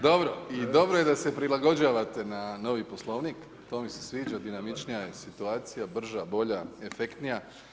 Dobro, i dobro je da se prilagođavate na novi poslovnik, to mi se sviđa, dinamičnija je situacija, brža, bolja, efektnija.